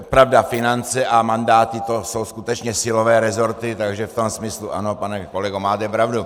Pravda, finance a mandáty, to jsou skutečně silové rezorty, takže v tom smyslu ano, pane kolego, máte pravdu.